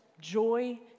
joy